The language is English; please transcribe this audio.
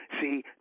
see